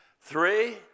Three